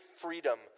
freedom